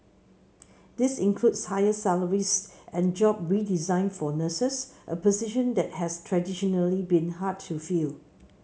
this includes higher salaries and job redesign for nurses a position that has traditionally been hard to fill